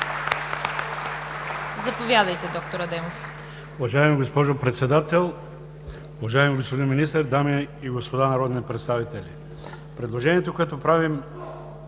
Заповядайте, доктор Адемов.